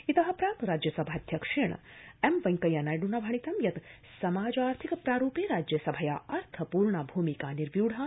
इत प्राक् राज्यसभाध्यक्षेण वेंकैयानायड्ना भणितं यत् समाजार्थिक प्ररूपे राज्यसभया अर्थपूर्णा भूमिका निर्व्यूढ़ा